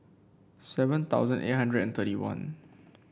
seven thousand eight hundred and thirty one